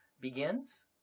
begins